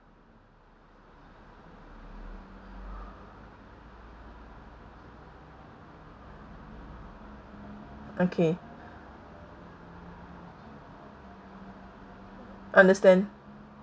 okay understand